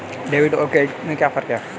Debit और credit में क्या फर्क है?